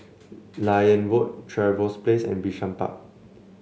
Liane Road Trevose Place and Bishan Park